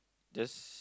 that's